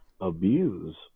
abuse